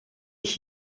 ich